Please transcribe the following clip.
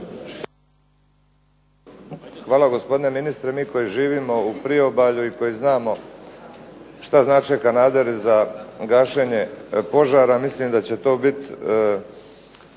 Hvala gospodine ministre. Mi koji živimo u priobalju i koji znamo šta znače kanaderi za gašenje požara, mislim da će to biti